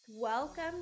Welcome